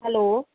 hello